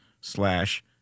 slash